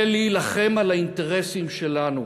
ולהילחם על האינטרסים שלנו.